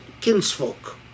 kinsfolk